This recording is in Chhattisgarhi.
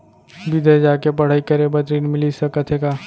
बिदेस जाके पढ़ई करे बर ऋण मिलिस सकत हे का?